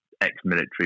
ex-military